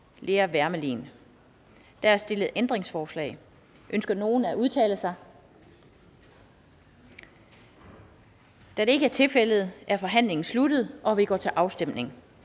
(Annette Lind): Der er stillet ændringsforslag. Ønsker nogen at udtale sig? Da det ikke er tilfældet, er forhandlingen sluttet, og vi går til afstemning.